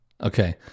Okay